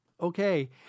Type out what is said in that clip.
Okay